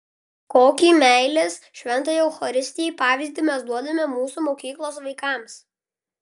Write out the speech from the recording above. kokį meilės šventajai eucharistijai pavyzdį mes duodame mūsų mokyklos vaikams